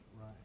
right